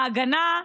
ההגנה,